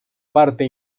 parte